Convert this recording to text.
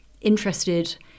interested